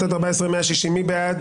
14,001 עד 14,020, מי בעד?